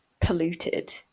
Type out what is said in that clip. polluted